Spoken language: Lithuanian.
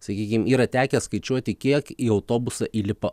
sakykim yra tekę skaičiuoti kiek į autobusą įlipa